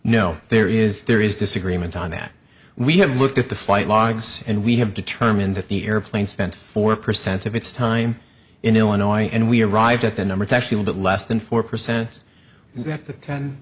know there is there is disagreement on that we have looked at the flight logs and we have determined that the airplane spent four percent of its time in illinois and we arrived at the numbers actually a bit less than four percent yet the ten